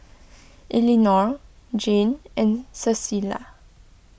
Elinore Jane and Cecilia